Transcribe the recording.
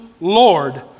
Lord